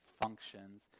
functions